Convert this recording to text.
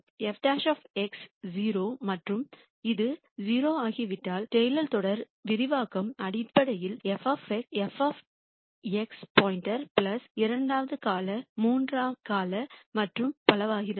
0 மற்றும் இது 0 ஆகிவிட்டால் டெய்லர் தொடர் விரிவாக்கம் அடிப்படையில் f f x இரண்டாவது கால மூன்றாம் கால மற்றும் பலவாகிறது